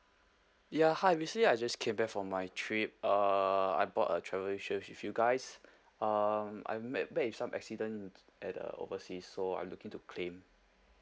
ya hi recently I just came back from my trip uh I bought a travel insurance with you guys um I've met met with some accident at the overseas so I'm looking to claim